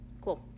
Cool